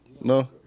No